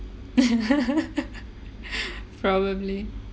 probably